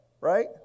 right